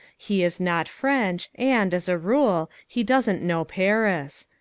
he is not french and, as a rule, he doesn't know paris.